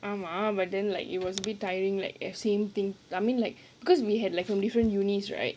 ஆமா:aamaa but then like it was a bit tiring like the same thing I mean like because we had like from different universities right